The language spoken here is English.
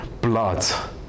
blood